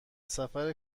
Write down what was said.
سفر